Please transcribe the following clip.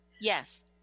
Yes